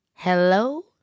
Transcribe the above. Hello